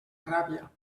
ràbia